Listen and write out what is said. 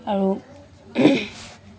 আৰু